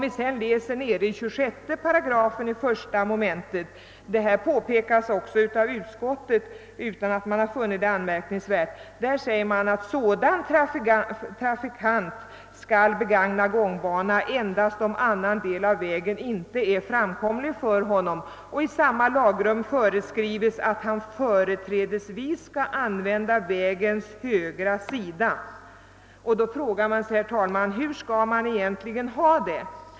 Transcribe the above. I 26 § 1 mom. uttalas emellertid — och detta påpekas även av utskottet utan att man finner det vara något anmärkningsvärt — att sådan trafikant skall begagna gångbana endast om annan del av vägen icke är framkomlig för honom. I samma lagrum föreskrives också att vederbörande företrädesvis skall använda vägens högra sida. Jag frågar mig, herr talman: Hur skall man egentligen ha det?